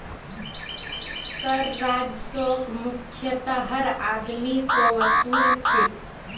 कर राजस्वक मुख्यतयः हर आदमी स वसू ल छेक